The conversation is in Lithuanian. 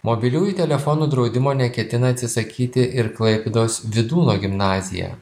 mobiliųjų telefonų draudimo neketina atsisakyti ir klaipėdos vydūno gimnazija